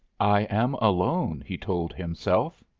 i am alone, he told himself,